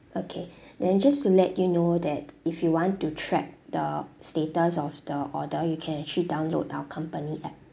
okay then just to let you know that if you want to track the status of the order you can actually download our company app